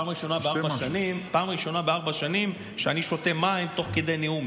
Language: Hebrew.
בפעם הראשונה בארבע שנים אני שותה מים תוך כדי נאום.